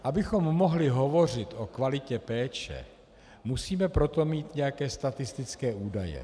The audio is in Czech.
Abychom mohli hovořit o kvalitě péče, musíme pro to mít nějaké statistické údaje.